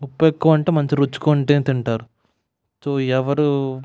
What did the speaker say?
ఉప్పు ఎక్కువ ఉంటే మంచి రుచిగా ఉంటేనే తింటారు సో ఎవరు